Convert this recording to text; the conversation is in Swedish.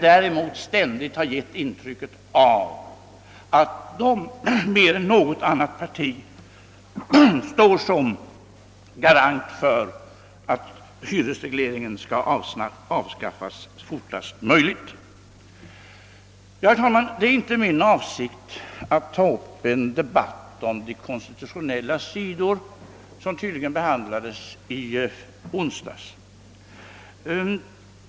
Däremot har man ständigt givit det intrycket att folkpartiet mer än något annat parti står som garant för att hyresregleringen skall avskaffas fortast möjligt. Sedan är det inte min avsikt, herr talman, att här ta upp en debatt om de konstitutionella frågor som behandlades i kammaren förra onsdagen.